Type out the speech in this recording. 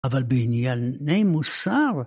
אבל בענייני מוסר?